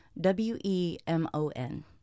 w-e-m-o-n